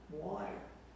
water